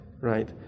right